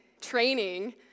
training